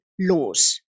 laws